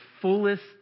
fullest